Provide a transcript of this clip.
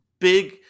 big